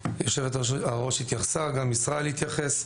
היו"ר התייחסה וגם ישראל התייחס.